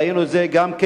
ראינו את זה גם כן